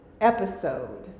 episode